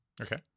Okay